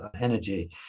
energy